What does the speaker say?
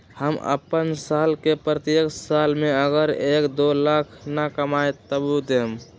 हम अपन साल के प्रत्येक साल मे अगर एक, दो लाख न कमाये तवु देम?